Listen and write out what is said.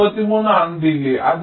33 ആണ് ഡിലേയ്